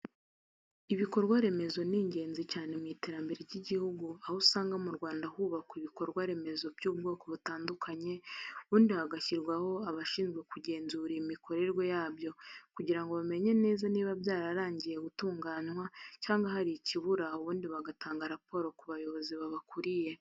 Ibikorwa remezo ni ingenzi cyane mu iterambere ry'igihugu, aho usanga mu Rwanda hubakwa ibikorwa remezo by'ubwoko butandukanye ubundi hagashyirwaho abashinzwe kugenzura imikorerwe yabyo kugira ngo bamenye neza niba byararangiye gutunganywa cyangwa hari ikibura ubundi bagatanga raporo ku bayobozi babakuriye.